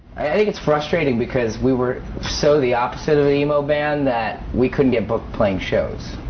like it's frustrating because we were so the opposite of emo band that we couldn't get booked playing shows.